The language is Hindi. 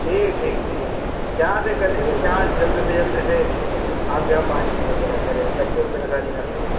ठीक ठीक ठीक जहाँ से कर देंगे जहाँ जल्द से जल्द इसे आपके यहाँ पानी पहुँच जाया करे बच्चों को परेशानी न हो